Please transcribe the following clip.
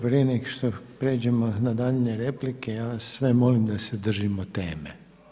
Prije nego što pređemo na daljnje replike ja vas sve molim da se držimo teme.